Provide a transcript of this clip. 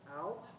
out